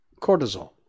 cortisol